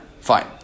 Fine